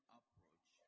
approach